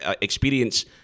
experience